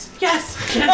Yes